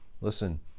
listen